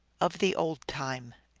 of the old time.